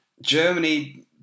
Germany